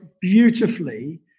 beautifully